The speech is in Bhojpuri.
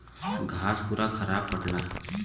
घास पूरा बराबर कटला